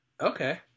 Okay